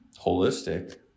holistic